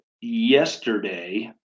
yesterday